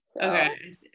Okay